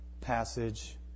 passage